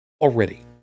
already